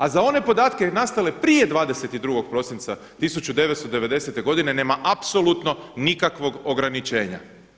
A za one podatke nastale prije 22. prosinca 1990. godine nema apsolutno nikakvog ograničenja.